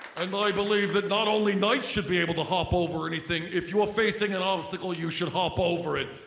and i believe that not only knights should be able to hop over anything. if you are facing an obstacle you should hop over it.